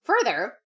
Further